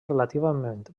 relativament